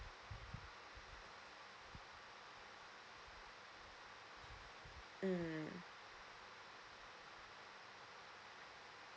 mm